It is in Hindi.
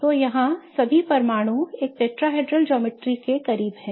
तो यहां सभी परमाणु एक टेट्राहेड्रल ज्यामिति के करीब हैं